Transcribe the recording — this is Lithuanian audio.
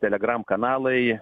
telegram kanalai